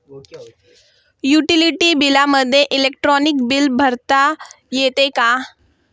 Utility बिलामध्ये electronic bill भरता येते का?